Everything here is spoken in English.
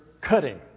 cutting